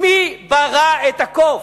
מי ברא את הקוף,